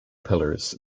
pillars